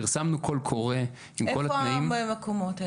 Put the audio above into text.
פרסמנו קול קורא עם כל התנאים --- איפה המקומות האלה?